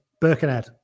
Birkenhead